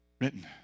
written